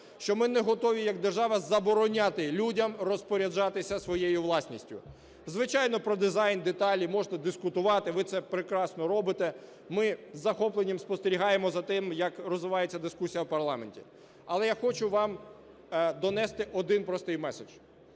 що ми не готові як держава забороняти людям розпоряджатися своєю власністю. Звичайно, про дизайн, деталі можете дискутувати, ви це прекрасно робите. Ми з захопленням спостерігаємо за тим, як розвивається дискусія в парламенті. Але я хочу вам донести один простий меседж: